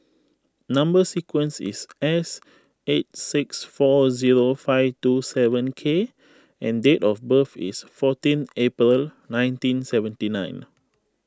Number Sequence is S eight six four zero five two seven K and date of birth is fourteen April nineteen seventy nine